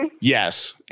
Yes